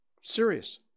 Serious